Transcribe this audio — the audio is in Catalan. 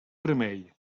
remei